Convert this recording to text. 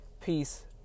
Peace